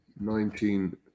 Nineteen